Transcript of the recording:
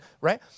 right